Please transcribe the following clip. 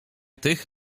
tych